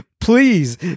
please